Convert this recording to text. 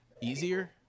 easier